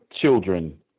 children